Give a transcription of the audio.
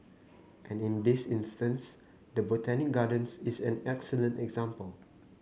and in this instance the Botanic Gardens is an excellent example